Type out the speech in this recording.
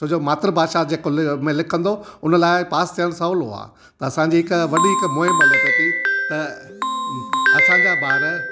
छोजो मात्र भाषा जेको ली में लिखंदो उन लाइ पास थियनि सहुलो आहे त असांजी हिकु वॾी हिकु मुहिम हले पई त असांजा ॿार